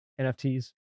NFTs